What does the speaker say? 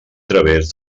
través